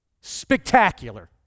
Spectacular